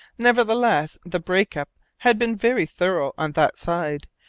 nevertheless, the break-up had been very thorough on that side,